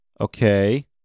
Okay